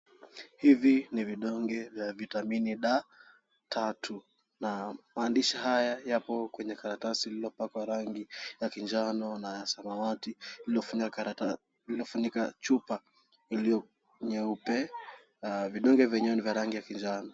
Hivi ni vidonge vya vitamini D3 , na maandishi haya yapo kwenye karatasi lililopakwa rangi ya kinjano na ya samawati lililofunika chupa iliyo nyeupe na vidonge vyenyewe ni ya rangi ya kinjano.